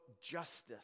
justice